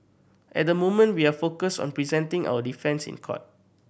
at the moment we are focused on presenting our defence in court